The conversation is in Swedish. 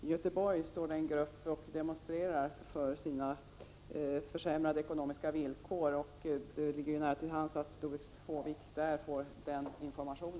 I Göteborg står en grupp och demonstrerar med tanke på sina försämrade ekonomiska villkor. Det ligger nära till hands att Doris Håvik där kan få information.